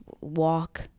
walk